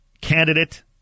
candidate